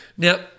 Now